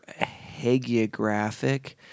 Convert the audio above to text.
hagiographic